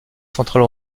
centrale